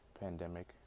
pandemic